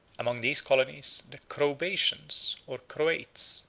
among these colonies, the chrobatians, or croats,